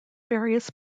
various